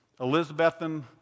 Elizabethan